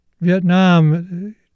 Vietnam